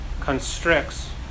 constricts